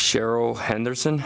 cheryl henderson